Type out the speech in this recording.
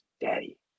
Daddy